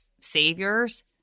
saviors